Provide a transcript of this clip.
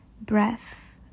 breath